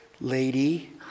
Lady